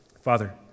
Father